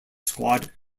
squad